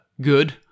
good